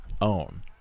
own